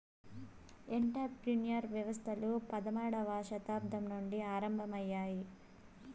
enter ప్రెన్యూర్ వ్యవస్థలు పదమూడవ శతాబ్దం నుండి ఆరంభమయ్యాయి